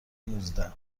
نوزده